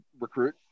recruit